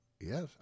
Yes